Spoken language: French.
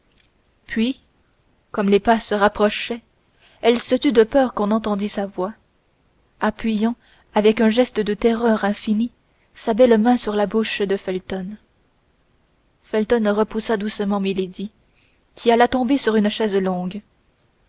puis comme les pas se rapprochaient elle se tut de peur qu'on n'entendit sa voix appuyant avec un geste de terreur infinie sa belle main sur la bouche de felton felton repoussa doucement milady qui alla tomber sur une chaise